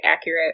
accurate